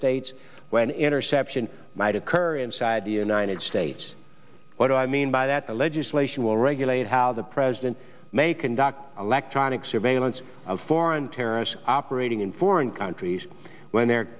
states where an interception might occur inside the united states what i mean by that the legislation will regulate how the president may conduct electronic surveillance of foreign terrorists operating in foreign countries when their